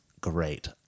great